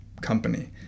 company